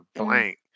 blank